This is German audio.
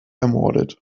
ermordet